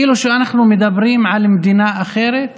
כאילו שאנחנו מדברים על מדינה אחרת